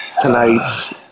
tonight